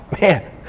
man